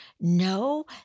no